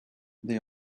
they